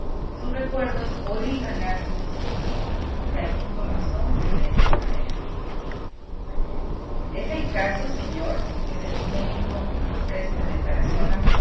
sus recuerdos o hílvanar su discurso que al fin comenzó de esta manera es el caso señor que según me dijo un preste de tarazona